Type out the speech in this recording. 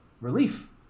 relief